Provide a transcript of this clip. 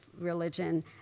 religion